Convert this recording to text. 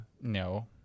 No